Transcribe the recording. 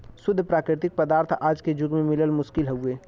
शुद्ध प्राकृतिक पदार्थ आज के जुग में मिलल मुश्किल हउवे